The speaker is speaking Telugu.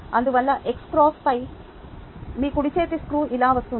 అందువల్ల x క్రాస్ వై మీ కుడి చేతి స్క్రూ ఇలా వస్తుంది